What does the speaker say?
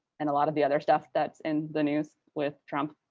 and a lot of the other stuff that's in the news with trump.